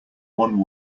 one